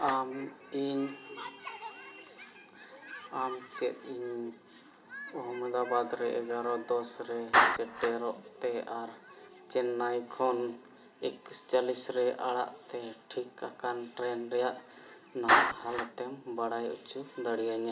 ᱟᱢ ᱤᱧ ᱟᱢ ᱪᱮᱫ ᱤᱧ ᱟᱦᱚᱢᱫᱟᱵᱟᱫ ᱨᱮ ᱮᱜᱟᱨᱳ ᱫᱚᱥ ᱨᱮ ᱥᱮᱴᱮᱨᱚᱜᱛᱮ ᱟᱨ ᱪᱮᱱᱱᱟᱭ ᱠᱷᱚᱱ ᱮᱠᱩᱥ ᱪᱚᱞᱞᱤᱥ ᱨᱮ ᱟᱲᱟᱜᱛᱮ ᱴᱷᱤᱠ ᱟᱠᱟᱱ ᱴᱨᱮᱱ ᱨᱮᱭᱟᱜ ᱱᱟᱦᱟᱜ ᱦᱟᱞᱚᱛᱮᱢ ᱵᱟᱲᱟᱭ ᱦᱚᱪᱚ ᱫᱟᱲᱮᱭᱟᱹᱧᱟ